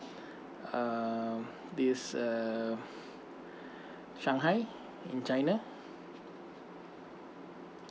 uh this uh shanghai in china